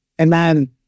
Amen